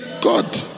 God